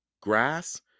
grass